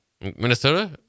Minnesota